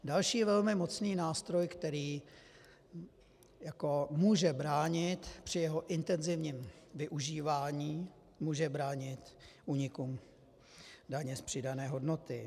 Další velmi mocný nástroj, který může bránit při jeho intenzivním využívání, může bránit únikům daně z přidané hodnoty.